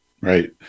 Right